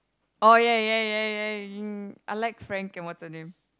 oh ya ya ya ya I like Frank and what's her name